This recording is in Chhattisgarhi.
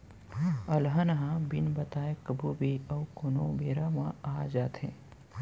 अलहन ह बिन बताए कभू भी अउ कोनों बेरा म आ जाथे